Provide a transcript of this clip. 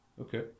okay